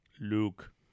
Luke